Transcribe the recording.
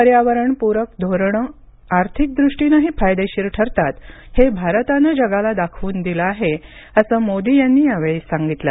पर्यावरणपूरक धोरणं आर्थिक दृष्टीनेही फायदेशीर ठरतात हे भारतानं जगाला दाखवून दिलं आहे असं मोदी यांनी यावेळी सांगितलं